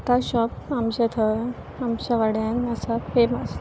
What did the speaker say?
तां शॉप आमच्या थंय आमच्या वाड्यान आसा फेमस